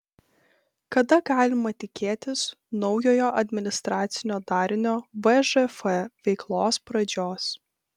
kada galima tikėtis naujojo administracinio darinio vžf veiklos pradžios